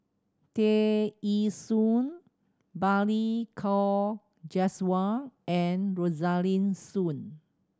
Tear Ee Soon Balli Kaur Jaswal and Rosaline Soon